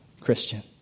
Christian